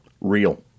Real